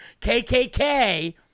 KKK